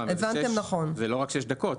אבל זה לא רק שש דקות,